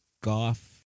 golf